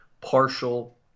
partial